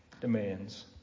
demands